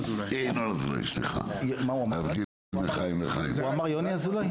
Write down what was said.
אדוני, אני מברך אותך.